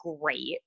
great